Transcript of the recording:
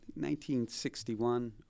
1961